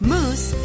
Moose